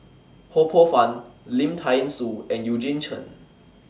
Ho Poh Fun Lim Thean Soo and Eugene Chen